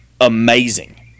amazing